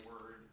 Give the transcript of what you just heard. word